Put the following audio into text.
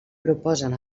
proposen